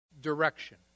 Direction